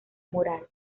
moral